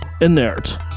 inert